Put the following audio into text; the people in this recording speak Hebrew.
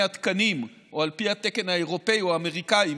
התקנים או על פי התקן האירופי או האמריקני,